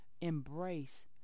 embrace